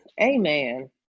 Amen